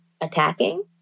attacking